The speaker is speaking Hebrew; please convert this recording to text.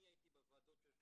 אני הייתי בוועדות של שלושתם.